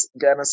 Ghana